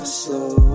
slow